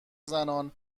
زنان